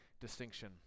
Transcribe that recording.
distinction